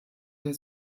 der